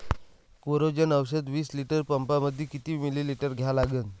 Coragen औषध विस litre पंपामंदी किती मिलीमिटर घ्या लागन?